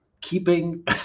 keeping